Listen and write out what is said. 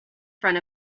front